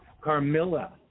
Carmilla